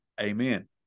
amen